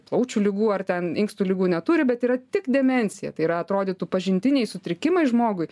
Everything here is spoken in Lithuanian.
plaučių ligų ar ten inkstų ligų neturi bet yra tik demencija tai yra atrodytų pažintiniai sutrikimai žmogui